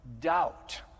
doubt